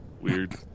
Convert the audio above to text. Weird